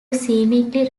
seemingly